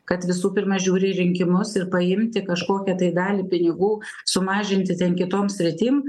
kad visų pirma žiūri į rinkimus ir paimti kažkokią dalį pinigų sumažinti ten kitom sritim